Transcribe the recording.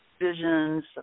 visions